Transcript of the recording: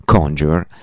Conjure